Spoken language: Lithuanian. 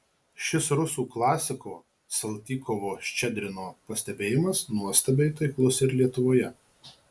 šis rusų klasiko saltykovo ščedrino pastebėjimas nuostabiai taiklus ir lietuvoje